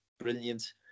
Brilliant